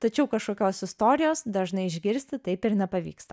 tačiau kažkokios istorijos dažnai išgirsti taip ir nepavyksta